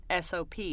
SOP